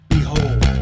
Behold